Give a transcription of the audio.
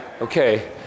Okay